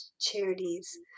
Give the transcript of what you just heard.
charities